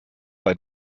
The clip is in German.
bei